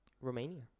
Romania